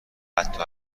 حتی